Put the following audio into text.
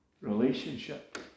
Relationship